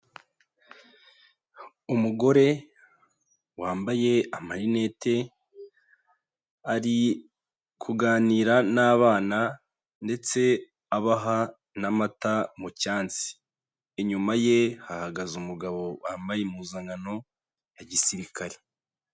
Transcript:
Umugore wambaye amarinete, ari kuganira n'abana, ndetse abaha n'amata mu cyansi. Inyuma ye hagaze umugabo wambaye impuzankano ya gisirikare.